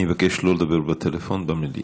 אני מבקש לא לדבר בטלפון במליאה.